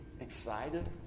excited